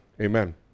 amen